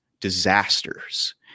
disasters